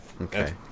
Okay